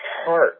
Heart